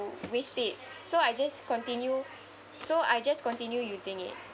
waste it so I just continue so I just continue using it